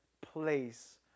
place